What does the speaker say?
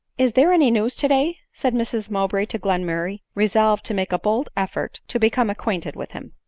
is there any news today? said mrs mowbray to glenmurray, resolved to make a bold effort to become! acquainted with him.